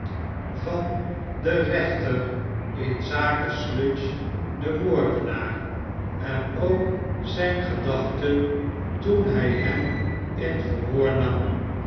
van den rechter in zake sludge den moordenaar en ook zjn gedachte toen hij hem in verhoor nam